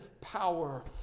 power